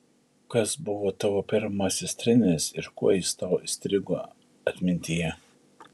kas buvo tavo pirmasis treneris ir kuo jis tau įstrigo atmintyje